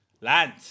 land